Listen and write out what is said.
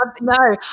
No